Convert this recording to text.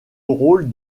rôle